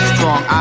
Strong